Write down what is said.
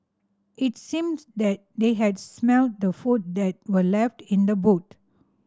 it seemed that they had smelt the food that were left in the boot